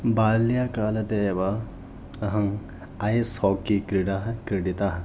बाल्यकालादेव अहम् ice hockey क्रीडाः क्रीडिताः